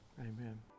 Amen